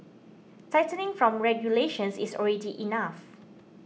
tightening from regulations is already enough